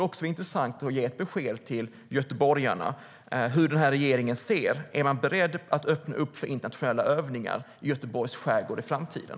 Det vore intressant för göteborgarna att få ett besked om huruvida regeringen är beredd att öppna upp för internationella övningar i Göteborgs skärgård i framtiden.